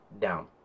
down